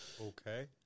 okay